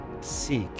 seek